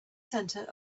center